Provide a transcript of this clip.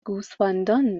گوسفندان